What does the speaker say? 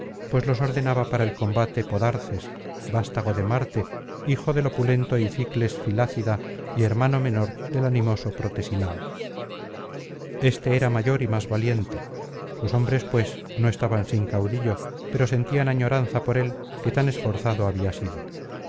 pues los ordenaba para el combate podarces vastago de marte hijo del opulento ificles filicida y hermano menor del animoso protesilao este era mayor y más valiente sus hombres pues no estaban sin caudillo pero sentían añoranza por él que tan esforzado había sido